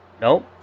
Nope